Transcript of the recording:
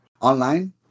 online